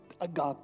agape